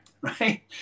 right